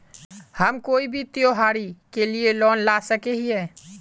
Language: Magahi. हम कोई भी त्योहारी के लिए लोन ला सके हिये?